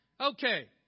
Okay